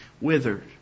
Withered